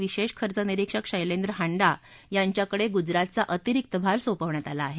विशेष खर्च निरिक्षक शस्तिद्र हांडा यांच्याकडे गुजरातचा अतिरिक्त भार सोपवण्यात आला आहे